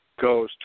goes